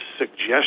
suggestion